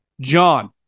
John